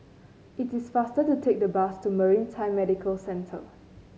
it is faster to take the bus to Maritime Medical Centre